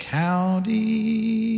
county